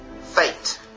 Fate